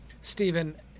Stephen